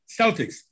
Celtics